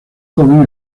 joven